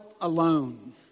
alone